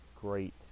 Great